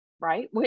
Right